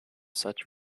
such